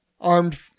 armed